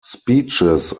speeches